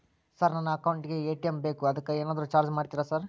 Sir ನನ್ನ account ಗೇ ATM ಬೇಕು ಅದಕ್ಕ ಏನಾದ್ರು ಚಾರ್ಜ್ ಮಾಡ್ತೇರಾ ಸರ್?